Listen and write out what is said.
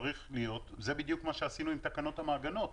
זה בדיוק מה שעשינו עם תקנות המעגנות.